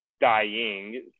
dying